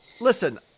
Listen